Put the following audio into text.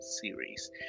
series